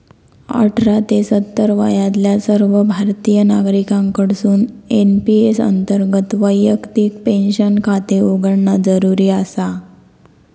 अठरा ते सत्तर वयातल्या सर्व भारतीय नागरिकांकडसून एन.पी.एस अंतर्गत वैयक्तिक पेन्शन खाते उघडणा जरुरी आसा